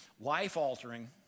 life-altering